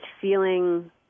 feeling